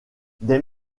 des